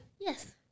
Yes